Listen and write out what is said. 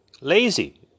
Lazy